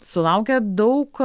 sulaukia daug